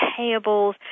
payables